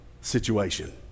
situation